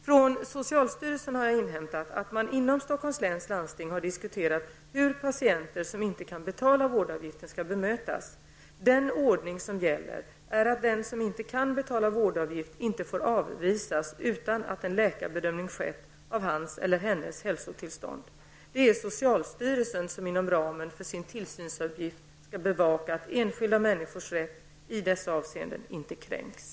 Från socialstyrelsen har jag inhämtat att man inom Stockholms läns landsting har diskuterat hur patienter som inte kan betala vårdavgiften skall bemötas. Den ordning som gäller är att den som inte kan betala vårdavgift inte får avvisas utan att en läkarbedömning skett av hans eller hennes hälsotillstånd. Det är socialstyrelsen som, inom ramen för sin tillsynsuppgift, skall bevaka att enskilda människors rätt i dessa avseenden inte kränks.